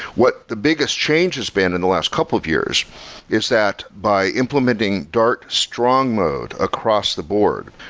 what the biggest change has been in the last couple of years is that by implementing dart strong mode across the board,